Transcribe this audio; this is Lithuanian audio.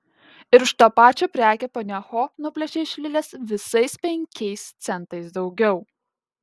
ir už tą pačią prekę ponia ho nuplėšė iš lilės visais penkiais centais daugiau